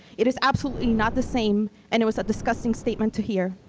it is absolutely not the same and it was a disgusting statement to hear.